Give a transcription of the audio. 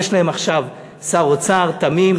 יש להם עכשיו שר אוצר תמים,